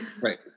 Right